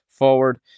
Forward